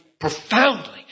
profoundly